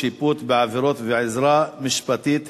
שיפוט בעבירות ועזרה משפטית),